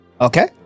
Okay